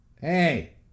Hey